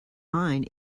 mine